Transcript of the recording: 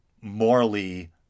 morally